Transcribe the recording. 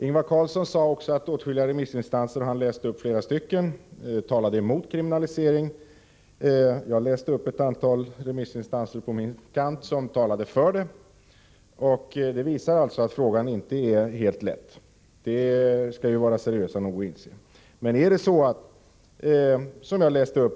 Ingvar Carlsson framhöll att åtskilliga remissinstanser — han refererade flera stycken — var emot en kriminalisering. Jag återgav ett antal remissinstanser som talade för kriminalisering. Det visar att frågan inte är helt lätt. Det skall vi vara seriösa nog att inse.